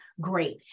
great